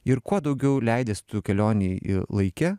ir kuo daugiau leidies tu kelionėj laike